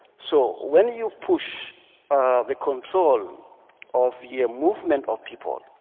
so when you push the control of the movement of people,